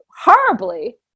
horribly